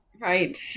right